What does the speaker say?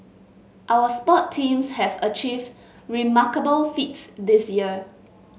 our sports teams have achieved remarkable feats this year